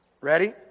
Ready